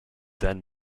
then